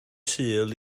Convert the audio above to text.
sul